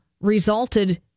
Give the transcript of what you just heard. resulted